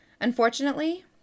Unfortunately